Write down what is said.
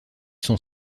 sont